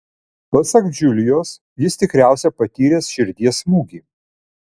pasak džiulijos jis tikriausiai patyręs širdies smūgį